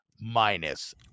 minus